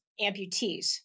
amputees